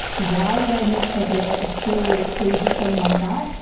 why would i make such a absurd, crazy claim like that?